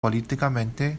políticamente